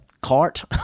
cart